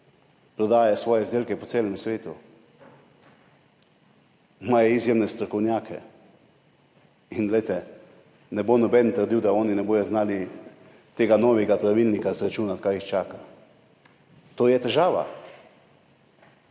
prodajajo svoje izdelke po celem svetu, imajo izjemne strokovnjake in ne bo noben trdil, da oni ne bodo znali izračunati tega novega pravilnika, kaj jih čaka. To je težava